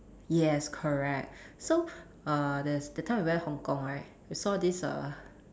yes correct so err there's that time we went Hong-Kong right we saw this err